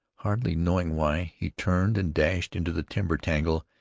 hardly knowing why, he turned and dashed into the timber-tangle,